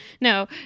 No